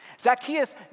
Zacchaeus